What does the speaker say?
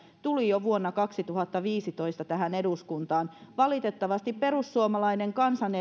tuli jo vuonna kaksituhattaviisitoista tähän eduskuntaan valitettavasti perussuomalainen